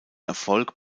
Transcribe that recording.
erfolg